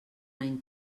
any